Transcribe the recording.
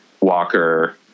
Walker